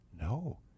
no